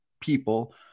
people